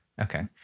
Okay